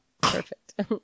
Perfect